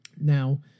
Now